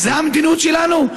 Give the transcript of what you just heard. זו המדיניות שלנו?